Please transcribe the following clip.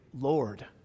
Lord